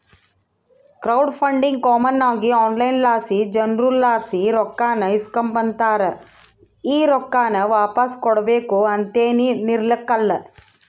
crowd funding common ಆಗಿ online ಲಾಸಿ ಜನುರ್ಲಾಸಿ ರೊಕ್ಕಾನ ಇಸ್ಕಂಬತಾರ, ಈ ರೊಕ್ಕಾನ ವಾಪಾಸ್ ಕೊಡ್ಬಕು ಅಂತೇನಿರಕ್ಲಲ್ಲ